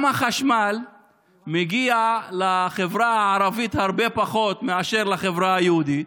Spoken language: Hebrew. גם החשמל מגיע לחברה הערבית הרבה פחות מאשר לחברה היהודית,